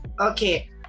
Okay